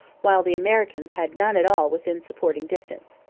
while the americans had none at all within supporting distance.